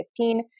2015